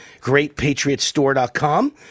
GreatPatriotStore.com